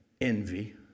envy